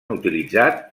utilitzat